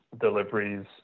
deliveries